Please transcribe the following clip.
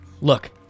Look